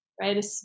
right